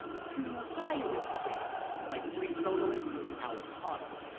to high risk-takers like free soloist alex honnold.